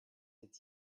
est